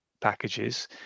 packages